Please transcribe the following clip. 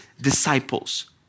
disciples